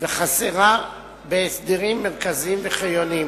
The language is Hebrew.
וחסרה הסדרים מרכזיים וחיוניים.